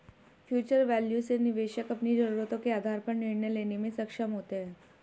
future value से निवेशक अपनी जरूरतों के आधार पर निर्णय लेने में सक्षम होते हैं